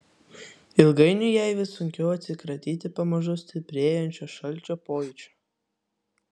ilgainiui jai vis sunkiau atsikratyti pamažu stiprėjančio šalčio pojūčio